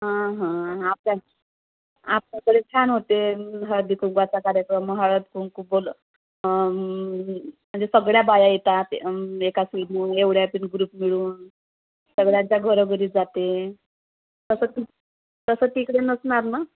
हां हां आपल्या आपल्याकडे छान होते हळदी कुंकवाचा कार्यक्रम हळद कुंकू बोलव म्हणजे सगळ्या बाया येतात एका एवढ्या ग्रुप मिळून सगळ्यांच्या घरोघरी जाते तसं ती तसं तिकडे नसणार ना